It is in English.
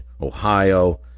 Ohio